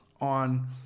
on